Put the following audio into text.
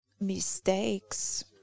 mistakes